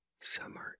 Summer